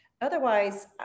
otherwise